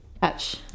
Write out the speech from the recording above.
Patch